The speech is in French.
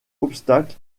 obstacle